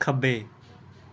ਖੱਬੇ